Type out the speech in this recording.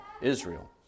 Israel